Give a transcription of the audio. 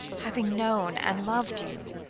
having known and loved you?